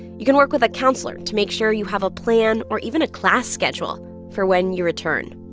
you can work with a counselor to make sure you have a plan or even a class schedule for when you return